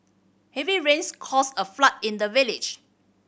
heavy rains caused a flood in the village